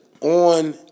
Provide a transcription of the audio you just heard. On